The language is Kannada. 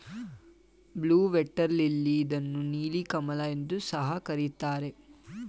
ಬ್ಲೂ ವೇಟರ್ ಲಿಲ್ಲಿ ಇದನ್ನು ನೀಲಿ ಕಮಲ ಎಂದು ಸಹ ಕರಿತಾರೆ